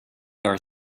are